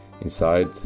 inside